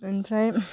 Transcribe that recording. ओमफ्राय